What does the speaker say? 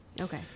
Okay